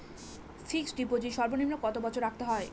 Fixed deposit সর্বনিম্ন কত বছর রাখতে হয়?